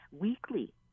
weekly